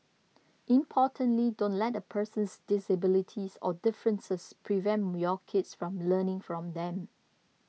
importantly don't let a person's disabilities or differences prevent your kids from learning from them